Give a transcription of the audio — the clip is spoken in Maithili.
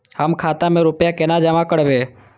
हम खाता में रूपया केना जमा करबे?